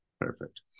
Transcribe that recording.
Perfect